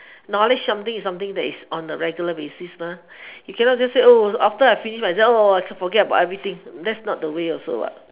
knowledge is something is something that is on a regular basis mah you cannot just say after I finish my exam I can forget everything that's not the way also